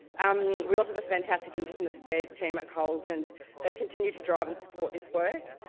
um we also have a fantastic indigenous affairs team at coles, and they've continued to drive and support this work.